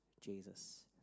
Jesus